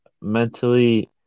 mentally